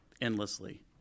endlessly